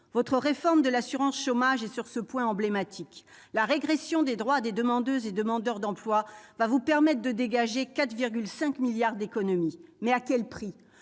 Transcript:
Votre réforme de l'assurance chômage est, sur ce point, emblématique. La régression des droits des demandeuses et demandeurs d'emploi vous permettra de dégager 4,5 milliards d'euros d'économies, mais à quel prix ?